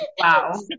Wow